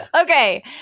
Okay